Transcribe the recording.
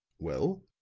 well?